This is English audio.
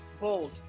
bold